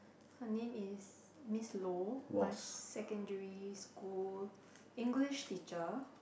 her name is Miss Low my secondary school English teacher